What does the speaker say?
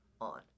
on